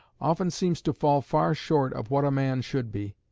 often seems to fall far short of what a man should be.